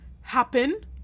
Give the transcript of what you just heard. happen